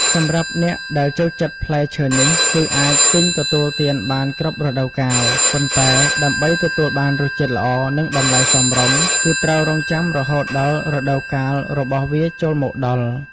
សម្រាប់អ្នកដែលចូលចិត្តផ្លែឈើនេះ គឺអាចទិញទទួលទានបានគ្រប់រដូវកាល ប៉ុន្តែដើម្បីទទួលបានរសជាតិល្អ និងតម្លៃសមរម្យ គឺត្រូវរង់ចាំរហូតដល់រដូវកាលរបស់វាចូលមកដល់។